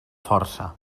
força